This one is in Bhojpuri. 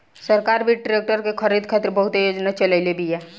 सरकार भी ट्रेक्टर के खरीद खातिर बहुते योजना चलईले बिया